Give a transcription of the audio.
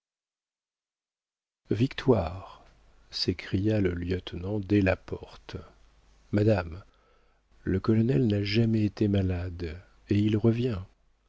victoire s'écria le lieutenant dès la porte madame le colonel n'a jamais été malade et il revient